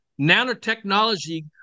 nanotechnology